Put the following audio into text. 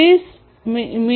30 મી